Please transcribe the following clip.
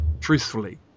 truthfully